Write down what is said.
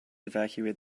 evacuate